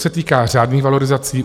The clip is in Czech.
To se týká řádných valorizací.